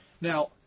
now